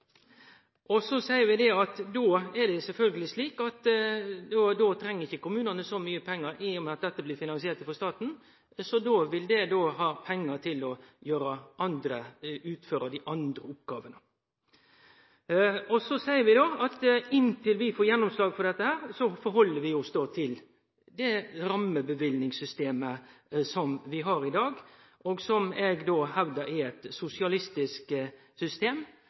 ikkje så mykje pengar, i og med at dette blir finansiert frå staten, så då vil dei ha pengar til å utføre dei andre oppgåvene. Inntil vi får gjennomslag for dette, held vi oss til det rammeløyvingssystemet vi har i dag, som eg hevdar er eit sosialistisk system,